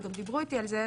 וגם דיברו איתי על זה,